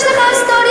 יש לך היסטוריה,